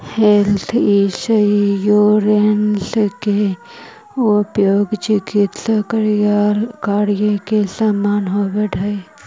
health insurance के उपयोग चिकित्स कार्य के समय होवऽ हई